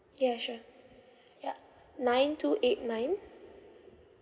ya sure ya nine two eight nine